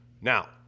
Now